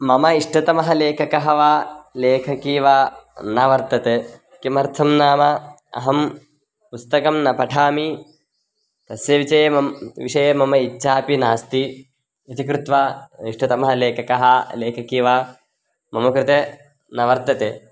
मम इष्टतमः लेखकः वा लेखकी वा न वर्तते किमर्थं नाम अहं पुस्तकं न पठामि तस्य विषये विषये मम इच्छापि नास्ति इति कृत्वा इष्टतमः लेखकः लेखकी वा मम कृते न वर्तते